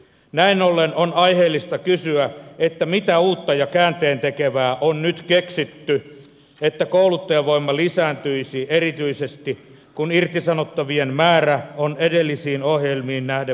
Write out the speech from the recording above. näin ollen on aiheellista kysyä mitä uutta ja käänteentekevää on nyt keksitty että kouluttajavoima lisääntyisi erityisesti kun irtisanottavien määrä on edellisiin ohjelmiin nähden moninkertainen